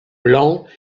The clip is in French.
blancs